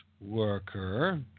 worker